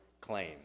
claim